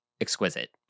exquisite